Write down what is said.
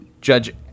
judge